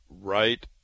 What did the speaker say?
right